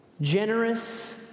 generous